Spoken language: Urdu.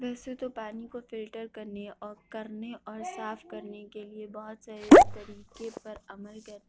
ویسے تو پانی کو فلٹر کرنے اور کرنے اور صاف کرنے کے لیے بہت سارے طریقے پر عمل کر